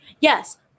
Yes